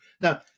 now